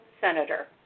Senator